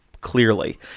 clearly